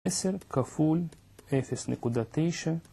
עשר, כפול, אפס נקודה תשע